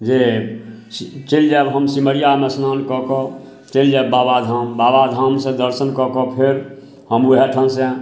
जे चलि जाएब हम सिमरियामे असनान कऽ कऽ चलि जाएब बाबाधाम बाबाधामसे दर्शन कऽ कऽ फेर हम ओहिठामसे